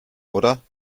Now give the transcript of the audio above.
oder